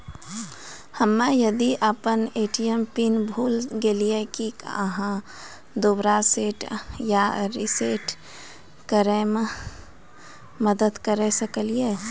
हम्मे यदि अपन ए.टी.एम पिन भूल गलियै, की आहाँ दोबारा सेट या रिसेट करैमे मदद करऽ सकलियै?